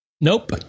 Nope